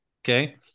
Okay